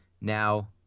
now